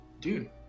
dude